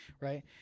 Right